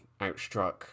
outstruck